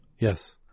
Yes